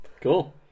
Cool